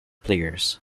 players